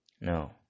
No